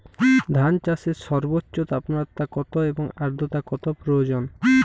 ধান চাষে সর্বোচ্চ তাপমাত্রা কত এবং আর্দ্রতা কত প্রয়োজন?